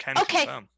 Okay